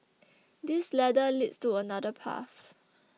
this ladder leads to another path